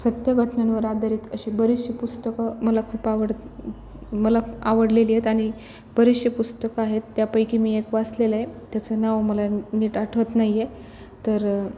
सत्य घटनांवर आधारित असे बरेचसे पुस्तकं मला खूप आवड मला आवडलेली आहेत आणि बरेचसे पुस्तकं आहेत त्यापैकी मी एक वाचलेलं आहे त्याचं नाव मला नीट आठवत नाही आहे तर